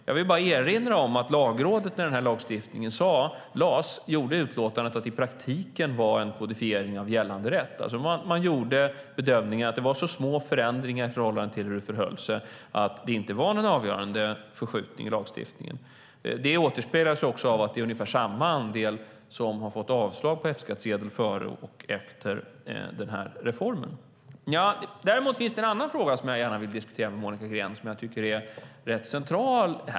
Jag vill bara erinra om att Lagrådet, när lagstiftningen lades fram, gjorde utlåtandet att det i praktiken var en kodifiering av gällande rätt. Man gjorde alltså bedömningen att det var så små förändringar i förhållande till hur det förhöll sig att det inte var någon avgörande förskjutning i lagstiftningen. Det återspeglas också av att det är ungefär samma andel som har fått avslag på F-skattsedel före och efter reformen. Däremot finns det en annan fråga jag gärna vill diskutera med Monica Green och som jag tycker är rätt central.